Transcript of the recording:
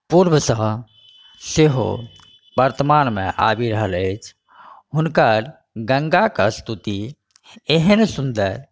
पुर्वसँ सेहो वर्तमानमे आबि रहल अछि हुनकर गङ्गाके स्तुति एहन सुन्दर